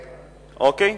אוקיי.